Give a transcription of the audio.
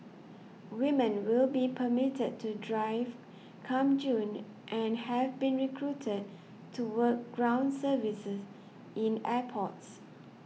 women will be permitted to drive come June and have been recruited to work ground service in airports